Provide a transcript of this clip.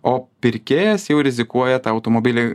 o pirkėjas jau rizikuoja tą automobilį